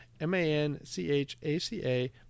M-A-N-C-H-A-C-A